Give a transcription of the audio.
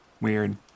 weird